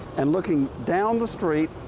and looking down the street,